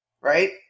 right